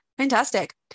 Fantastic